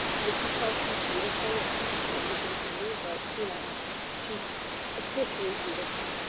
i can tell she's beautiful. she doesn't do anything for me, but, you know she's officially beautiful.